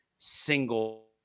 single